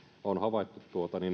on havaittu